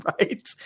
right